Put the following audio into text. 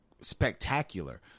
spectacular